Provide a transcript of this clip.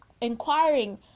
inquiring